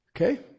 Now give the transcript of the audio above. Okay